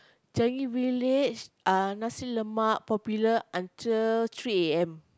Changi-Village ah nasi-lemak popular until three A_M